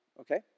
Okay